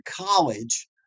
college